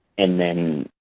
and then,